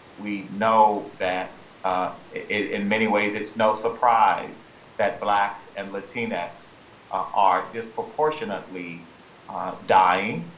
we know that in many ways it's no surprise that blacks and latinx are disproportionately dying,